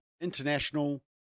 International